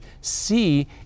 see